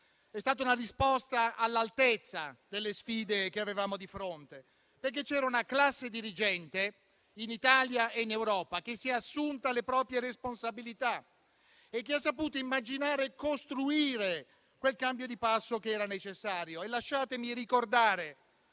È stata una risposta all'altezza delle sfide che avevamo di fronte, perché c'era una classe dirigente, in Italia e in Europa, che si è assunta le proprie responsabilità e che ha saputo immaginare e costruire quel cambio di passo che era necessario.